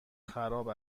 خراب